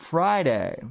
Friday